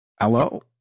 Hello